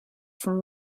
from